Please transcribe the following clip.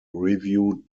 reviewed